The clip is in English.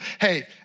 Hey